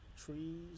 trees